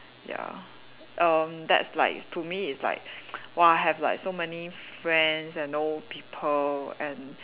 ya erm that's like to me is like !wah! I have like so many friends and old people and